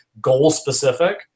goal-specific